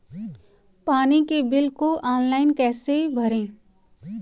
पानी के बिल को ऑनलाइन कैसे भरें?